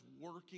working